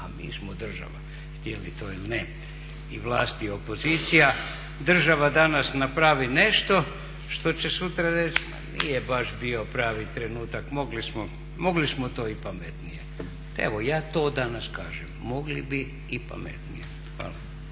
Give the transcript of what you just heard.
a mi smo država, htjeli to ili ne i vlast i opozicija, država danas napravi nešto što će sutra reći ma nije baš bio pravi trenutak, mogli smo to i pametnije. Evo ja to danas kažem, mogli bi i pametnije. Hvala.